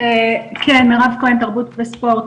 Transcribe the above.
התרבות וספורט,